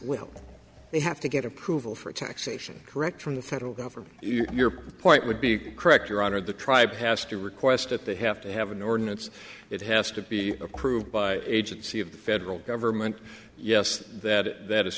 will they have to get approval for taxation correct from the federal government your point would be correct your honor the tribe has to request it they have to have an ordinance it has to be approved by agency of the federal government yes that